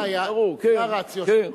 זה הרציו של החוק.